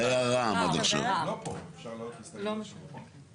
הם לא פה; אפשר להעלות הסתייגויות שלהם כשהם לא פה?